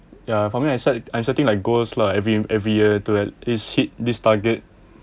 ya for me I set I'm setting like goals lah every every year to at least hit this target